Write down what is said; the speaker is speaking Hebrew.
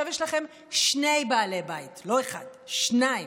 אוקיי, עכשיו יש לכם שני בעלי בית, לא אחד, שניים,